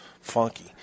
funky